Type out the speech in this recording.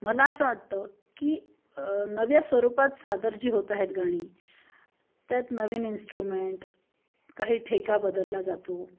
मला असं वाटतं की नव्या स्वरूपात सादर जी होत आहेत गाणी त्यात नवीन इंस्ट्रुमेंट काही ठेका बदलला जातो